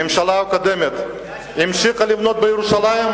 הממשלה הקודמת המשיכה לבנות בירושלים,